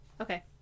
Okay